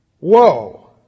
Whoa